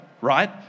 right